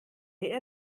ihr